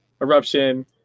eruption